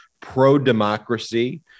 pro-democracy